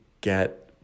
get